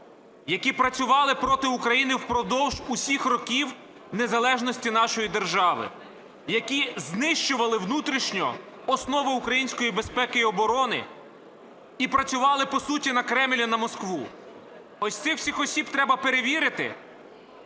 які працювали проти України впродовж усіх років незалежності нашої держави, які знищували внутрішню основу української безпеки і оборони, і працювали, по суті, на Кремль і на Москву. Ось цих всіх осіб треба перевірити